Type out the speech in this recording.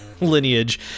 lineage